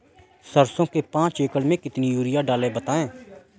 सरसो के पाँच एकड़ में कितनी यूरिया डालें बताएं?